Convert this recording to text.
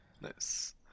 Nice